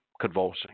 convulsing